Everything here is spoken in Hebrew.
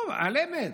לא, על אמת.